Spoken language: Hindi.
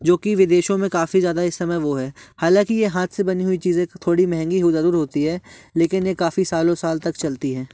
जो कि विदेशों में काफ़ी ज़्यादा इस समय वो है हालाँकि ये हाथ से बनी हुई चीज़ें थोड़ी महंगी ज़रूर होती है लेकिन ये काफ़ी सालों साल तक चलती हैं